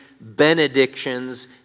benedictions